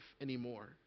anymore